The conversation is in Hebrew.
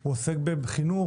הוא עוסק בחינוך,